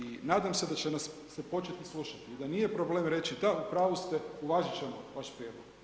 I nadam se da će nas se početi slušati i da nije problem reći da, u pravu ste, uvažit ćemo vaš prijedlog.